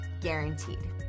guaranteed